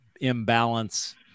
imbalance